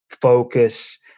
focus